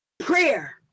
Prayer